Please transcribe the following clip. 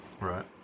Right